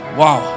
wow